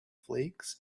flakes